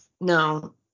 No